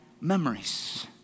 memories